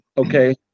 Okay